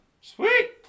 Sweet